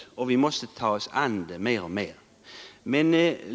Vi måste ta oss an dem mer och mer.